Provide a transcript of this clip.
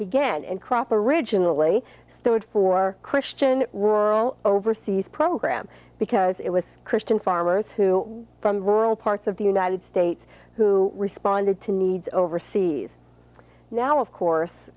began and crop originally stood for christian rural overseas program because it was christian farmers who from rural parts of the united states who responded to needs overseas now of course